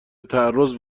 تعرض